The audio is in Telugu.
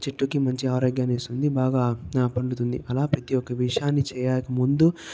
చెట్టుకి మంచి ఆరోగ్యాన్ని ఇస్తుంది బాగా పండుతుంది అలా ప్రతి ఒక్క విషయాన్ని చేయకముందు